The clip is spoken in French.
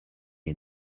est